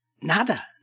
nada